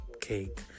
cake